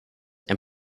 and